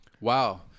Wow